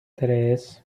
tres